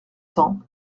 cents